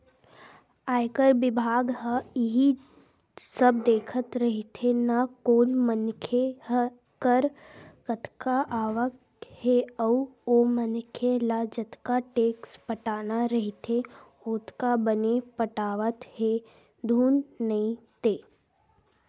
आयकर बिभाग ह इही सब देखत रहिथे ना कोन मनखे कर कतका आवक हे अउ ओ मनखे ल जतका टेक्स पटाना रहिथे ओतका बने पटावत हे धुन नइ ते